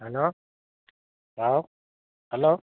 hello ꯍꯥꯎ hello